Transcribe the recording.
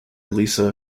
lisa